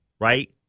right